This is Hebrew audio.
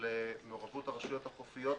של מעורבות הרשויות החופית,